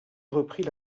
repris